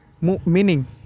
meaning